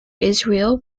israel